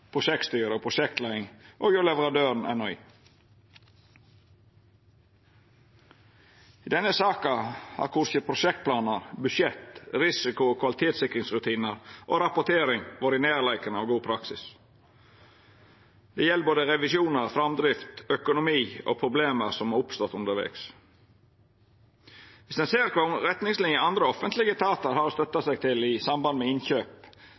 og hjå leverandøren, NHI. I denne saka har korkje prosjektplanar, budsjett, risiko- og kvalitetssikringsrutinar eller rapportering vore i nærleiken av god praksis. Det gjeld både revisjonar, framdrift, økonomi og problem som har oppstått undervegs. Viss ein ser kva retningsliner andre offentlege etatar har støtta seg til i samband med innkjøp,